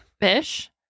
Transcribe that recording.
fish